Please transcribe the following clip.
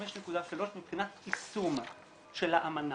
5.3 מבחינת יישום של האמנה.